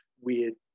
weird